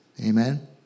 Amen